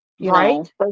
Right